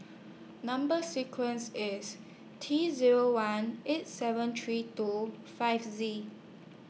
Number sequence IS T Zero one eight seven three two five Z